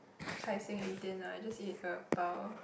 Tai-Seng eighteen lah just eat a pau